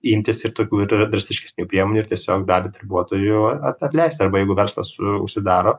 imtis ir tokių ir drastiškesnių priemonių ir tiesiog dalį darbuotojų a atleisti arba jeigu verslas užsidaro